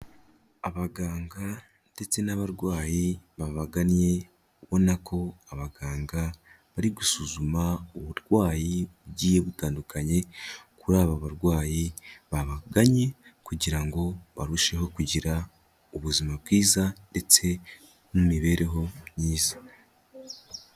Abaganga ndetse n'abarwayi babagannye ubona ko abaganga bari gusuzuma uburwayi bugiye butandukanye kuri aba barwayi babagannye, kugira ngo barusheho kugira ubuzima bwiza ndetse n'imibereho myiza.